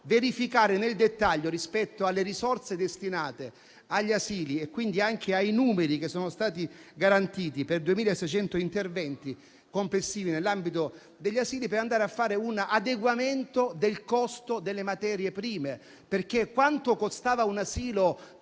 verificare nel dettaglio, rispetto alle risorse destinate agli asili e quindi anche ai numeri che sono stati garantiti per 2.600 interventi complessivi nell'ambito degli asili, e per andare a fare un adeguamento del costo delle materie prime. Infatti il costo di un asilo